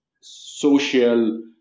social